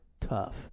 tough